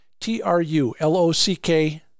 T-R-U-L-O-C-K